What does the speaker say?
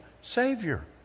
savior